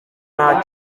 nta